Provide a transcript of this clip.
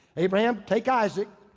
abraham, take isaac,